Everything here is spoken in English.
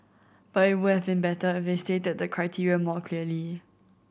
but it would have been better if they stated the criteria more clearly